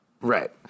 Right